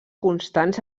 constants